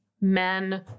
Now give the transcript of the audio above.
men